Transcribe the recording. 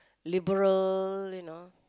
liberal you know